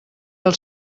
del